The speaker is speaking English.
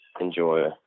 enjoy